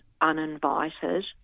uninvited